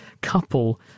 couple